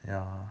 ya